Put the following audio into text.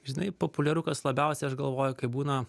žinai populiaru kas labiausiai aš galvoju kai būna